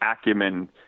acumen